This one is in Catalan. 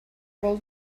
vol